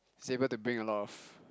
is able to bring a lot of